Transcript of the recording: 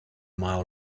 mile